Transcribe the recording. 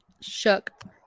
shook